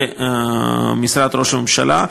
ומשרד ראש הממשלה.